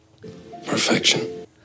Perfection